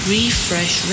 Refresh